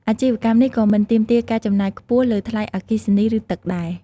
អាជីវកម្មនេះក៏មិនទាមទារការចំណាយខ្ពស់លើថ្លៃអគ្គិសនីឬទឹកដែរ។